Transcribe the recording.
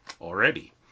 already